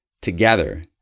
Together